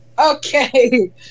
Okay